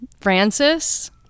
Francis